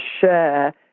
share